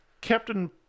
Captain